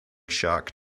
shock